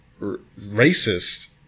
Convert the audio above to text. racist